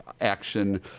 action